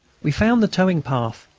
we found the towing-path.